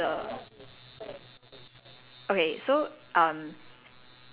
change your genes and become an another alien in the universe so the